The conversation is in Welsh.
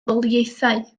daleithiau